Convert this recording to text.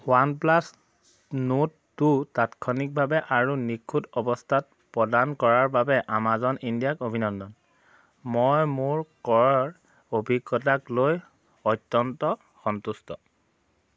OnePlus Nord two তাৎক্ষণিকভাৱে আৰু নিখুঁত অৱস্থাত প্ৰদান কৰাৰ বাবে আমাজন ইণ্ডিয়াক অভিনন্দন মই মোৰ ক্ৰয়ৰ অভিজ্ঞতাক লৈ অত্যন্ত সন্তুষ্ট